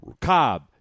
Cobb